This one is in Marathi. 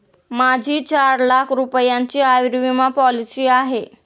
माझी चार लाख रुपयांची आयुर्विमा पॉलिसी आहे